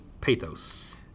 pathos